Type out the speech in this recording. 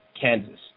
Kansas